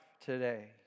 today